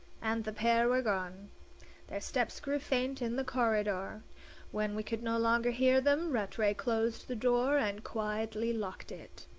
and the pair were gone their steps grew faint in the corridor when we could no longer hear them, rattray closed the door and quietly locked it.